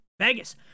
Vegas